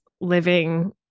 living